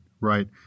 right